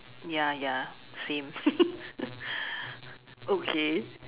ya ya same okay